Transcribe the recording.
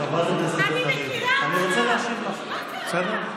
חברת הכנסת בן ארי, אני רוצה להשיב לך, בסדר?